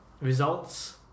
results